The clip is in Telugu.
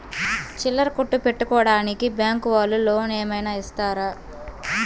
చిల్లర కొట్టు పెట్టుకోడానికి బ్యాంకు వాళ్ళు లోన్ ఏమైనా ఇస్తారా?